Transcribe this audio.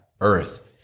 earth